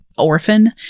orphan